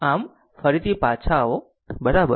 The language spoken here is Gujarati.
આમ ફરીથી પાછા આવો બરાબર